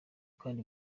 kandi